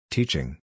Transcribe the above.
Teaching